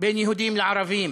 בין יהודים וערבים,